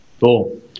Cool